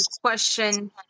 question